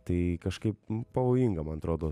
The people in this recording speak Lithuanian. tai kažkaip pavojinga man atrodo